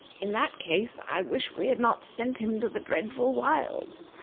in that case i wish we had not sent him to the dreadful wilds!